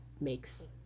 makes